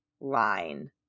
line